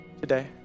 today